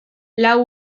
lau